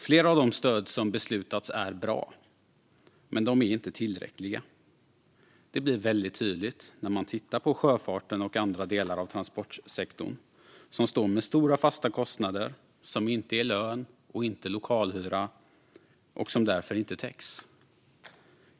Flera av de stöd som det har beslutats om är bra, men de är inte tillräckliga. Det blir tydligt när man tittar på sjöfarten och andra delar av transportsektorn, som står med stora fasta kostnader som inte är lön och inte lokalhyra och därför inte täcks av stöden.